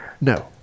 no